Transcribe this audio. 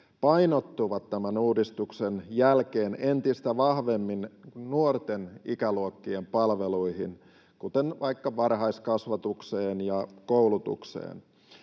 painottuvat tämän uudistuksen jälkeen entistä vahvemmin nuorten ikäluokkien palveluihin, kuten vaikka varhaiskasvatukseen ja koulutukseen.